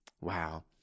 Wow